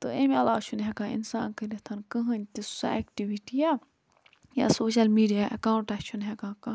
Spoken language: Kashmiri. تہٕ امہِ علاوٕ چھُنہٕ ہٮ۪کان اِنسان کٔرِتھ کٕہٕنۍ تہِ سُہ اٮ۪کٹِوِٹِیا یا سوشَل میٖڈیا اٮ۪کاونٛٹَہ چھُنہٕ ہٮ۪کان کانٛہہ